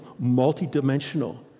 multidimensional